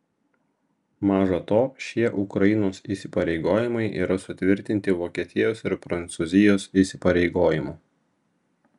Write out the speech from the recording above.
maža to šie ukrainos įsipareigojimai yra sutvirtinti vokietijos ir prancūzijos įsipareigojimų